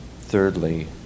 thirdly